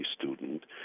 student